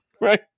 Right